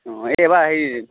অঁ এইবাৰ সেই